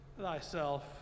thyself